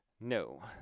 No